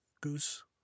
Goose